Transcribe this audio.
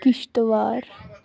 Kishtwar